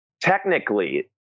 technically